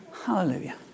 Hallelujah